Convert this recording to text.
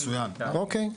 אוקיי.